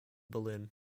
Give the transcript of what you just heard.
berlin